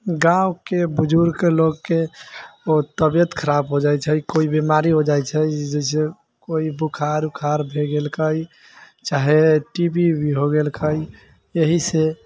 गाँवके बुजुर्ग लोकके तबियत खराब हो जाइ छै कोइ बीमारी हो जाइ छै जैसे कोइ बोखार उखाड़ हो गेलकै चाहे टी बी उवी हो गेलकै एहिसँ